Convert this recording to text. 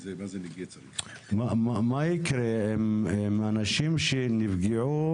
מה יקרה עם אנשים שנפגעו?